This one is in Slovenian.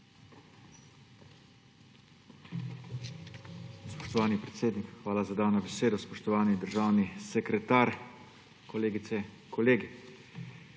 hvala za besedo. Spoštovani državni sekretar, kolegice, kolegi!